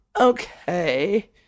okay